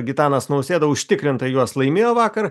gitanas nausėda užtikrintai juos laimėjo vakar